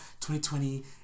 2020